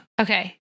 Okay